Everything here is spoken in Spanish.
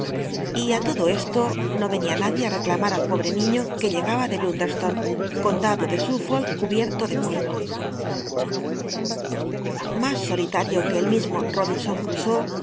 y á todo esto no renia nadie ú reclamar al pobre niiío que llegaba de munderstone condado de suffolk cubietlo de polro mas solitario que el mismo n obinson crusoé en